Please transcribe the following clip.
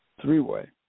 three-way